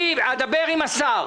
אני אדבר עם השר